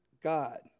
God